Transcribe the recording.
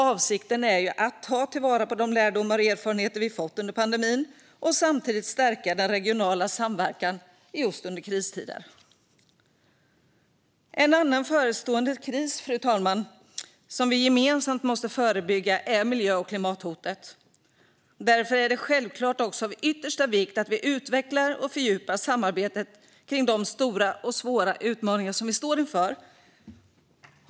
Avsikten är att ta till vara de lärdomar vi fått under pandemin och samtidigt stärka den regionala samverkan just under kristider. En annan förestående kris, fru talman, som vi gemensamt måste förebygga är miljö och klimathotet. Därför är det självklart också av yttersta vikt att vi utvecklar och fördjupar samarbetet kring de stora och svåra utmaningar som vi står inför.